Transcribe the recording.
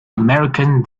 american